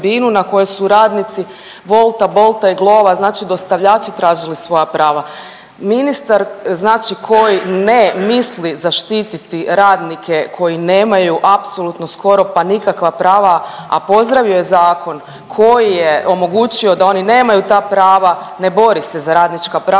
na kojoj su radnici Wolta, Bolta i Glova, znači dostavljači tražili svoja prava. Ministar znači koji ne misli zaštititi radnike koji nemaju apsolutno skoro pa nikakva prava, a pozdravio je zakon koji je omogućio da oni nemaju ta prava, ne bori se za radnička